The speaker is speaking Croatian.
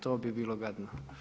To bi bilo gadno.